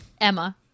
Emma